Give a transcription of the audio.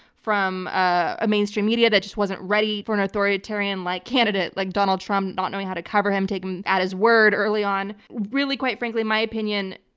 from a mainstream media that just wasn't ready for an authoritarian-like candidate like donald trump, not knowing how to cover him, taking him at his word early on. really quite frankly, my opinion,